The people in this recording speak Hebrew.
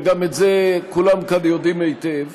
וגם את זה כולם כאן יודעים היטב,